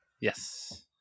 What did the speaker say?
Yes